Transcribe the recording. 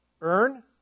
Earn